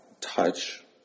Touch